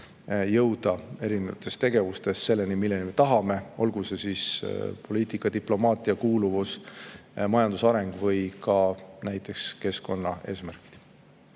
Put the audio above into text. jõuda oma tegevustega selleni, milleni me tahame, olgu valdkond poliitika, diplomaatia, kuuluvus, majanduse areng või ka näiteks keskkonnaeesmärgid.